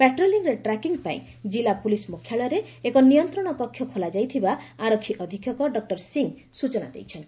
ପାଟ୍ରୋଲିଂର tracking ପାଇଁ କିଲ୍ଲା police ମୁଖ୍ୟାଳୟରେ ଏକ ନିୟନ୍ତଣ କକ ଖୋଲାଯାଇଥିବା ଆରକ୍ଷୀ ଅଧୀକ୍ଷକ ଡକୁର ସିଂହ ସ୍ୱଚନା ଦେଇଛନ୍ତି